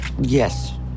Yes